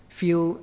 feel